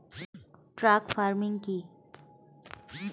Truck farming কি?